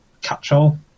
catch-all